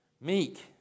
Meek